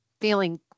feeling